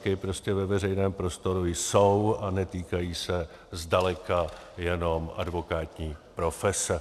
Ty náznaky prostě ve veřejném prostoru jsou a netýkají se zdaleka jenom advokátní profese.